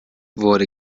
wurde